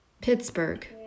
Pittsburgh